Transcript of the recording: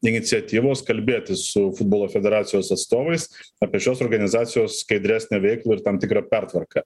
iniciatyvos kalbėtis su futbolo federacijos atstovais apie šios organizacijos skaidresnę veiklą ir tam tikrą pertvarką